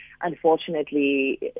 unfortunately